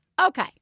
okay